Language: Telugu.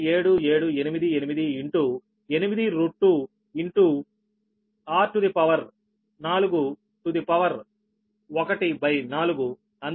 7788 ఇంటూ 8 2ఇంటూ r to the power 4 to the power 1 by 4 అందువల్ల Ds 1